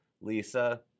Lisa